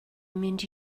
mynd